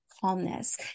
calmness